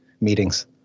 meetings